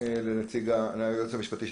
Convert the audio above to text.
המשנה ליועץ המשפטי,